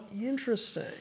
Interesting